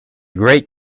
great